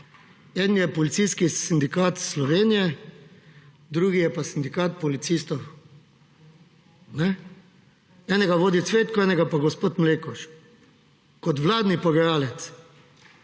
en je Policijski sindikat Slovenije, drugi je pa Sindikat policistov; enega vodi Cvetko, enega pa gospod Mlekuž. Kot vladni pogajalec